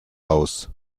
aus